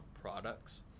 products